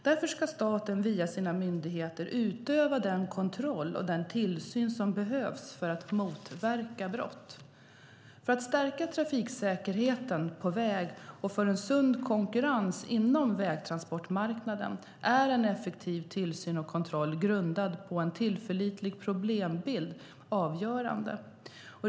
Därför ska staten via sina myndigheter utöva den kontroll och den tillsyn som behövs för att motverka brott. För att stärka trafiksäkerheten på väg och för en sund konkurrens inom vägtransportmarknaden är en effektiv tillsyn och kontroll grundad på en tillförlitlig problembild avgörande.